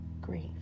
grief